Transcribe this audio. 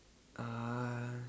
ah